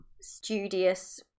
studious